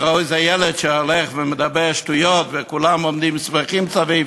שראו איזה ילד שהולך ומדבר שטויות וכולם עומדים שמחים סביב,